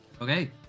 Okay